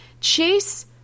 Chase